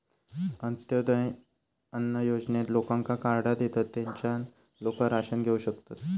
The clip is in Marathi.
अंत्योदय अन्न योजनेत लोकांका कार्डा देतत, तेच्यान लोका राशन घेऊ शकतत